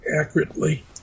accurately